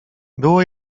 było